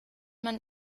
man